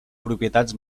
propietats